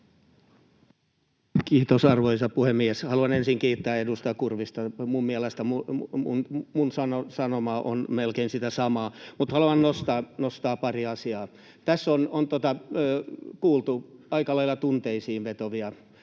Kiitos, arvoisa puhemies! Haluan ensin kiittää edustaja Kurvista. Minun mielestäni oma sanomani on melkein sitä samaa, mutta haluan nostaa pari asiaa. Tässä on kuultu aika lailla tunteisiin vetoavia